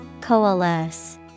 Coalesce